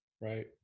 Right